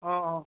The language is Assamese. অঁ অঁ